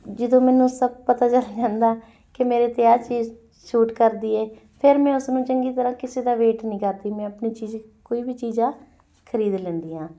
ਜਦੋਂ ਮੈਨੂੰ ਸਭ ਪਤਾ ਚੱਲ ਜਾਂਦਾ ਕਿ ਮੇਰੇ 'ਤੇ ਇਹ ਚੀਜ਼ ਸੂਟ ਕਰਦੀ ਹੈ ਫਿਰ ਮੈਂ ਉਸਨੂੰ ਚੰਗੀ ਤਰ੍ਹਾਂ ਕਿਸੇ ਦਾ ਵੇਟ ਨਹੀਂ ਕਰਦੀ ਮੈਂ ਆਪਣੀ ਚੀਜ਼ ਕੋਈ ਵੀ ਚੀਜ਼ ਆ ਖਰੀਦ ਲੈਂਦੀ ਹਾਂ